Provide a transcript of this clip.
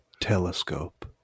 telescope